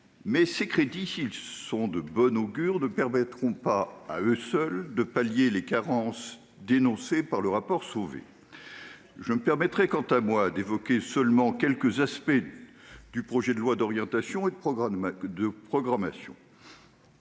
qu'ils ouvrent, s'ils sont de bon augure, ne permettront pas, à eux seuls, de pallier les carences dénoncées dans le rapport Sauvé. Pour ma part, j'évoquerai simplement quelques aspects du projet de loi d'orientation et de programmation.